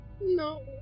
No